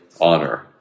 honor